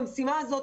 במשימה הזאת,